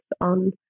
on